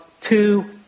two